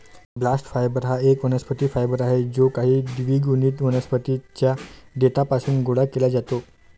bast fibre हा एक वनस्पती फायबर आहे जो काही द्विगुणित वनस्पतीं च्या देठापासून गोळा केला जातो